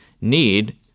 need